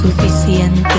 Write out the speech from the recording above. suficiente